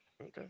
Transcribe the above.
okay